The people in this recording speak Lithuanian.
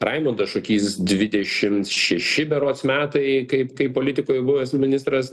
raimundas šukys dvidešimt šeši berods metai kaip kaip politikoj buvęs ministras